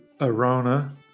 Arona